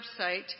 website